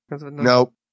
Nope